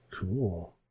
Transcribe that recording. cool